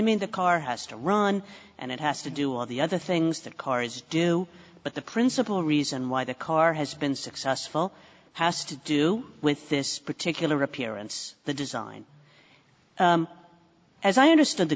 mean the car has to run and it has to do all the other things that cars do but the principle reason why the car has been successful has to do with this particular appearance the design as i understand the